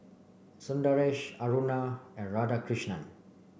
Sundaresh Aruna and Radhakrishnan